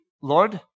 Lord